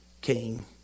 king